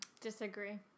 disagree